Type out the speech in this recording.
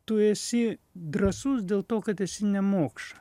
tu esi drąsus dėl to kad esi nemokša